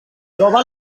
troba